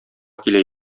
килә